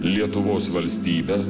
lietuvos valstybę